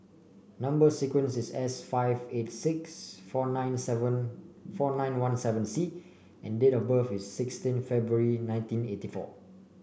number sequence is S five eight six four nine seven four nine one seven C and date of birth is sixteen February nineteen eighty four